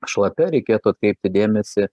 šlapia reikėtų atkreipti dėmesį